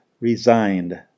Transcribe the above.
resigned